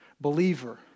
Believer